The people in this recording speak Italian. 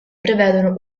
prevedono